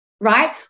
right